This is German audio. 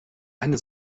eine